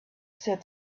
said